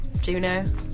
Juno